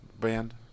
band